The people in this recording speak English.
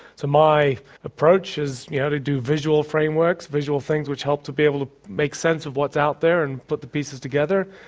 so my approach is you know to do visual frameworks, visual things which help to be able to make sense of what's out there and put the pieces together.